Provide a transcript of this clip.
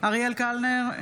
אריאל קלנר,